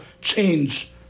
change